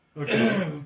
okay